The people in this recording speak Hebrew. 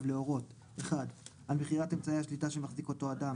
להורות: על מכירת אמצעי השליטה שמחזיק אותו האדם,